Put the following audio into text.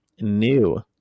new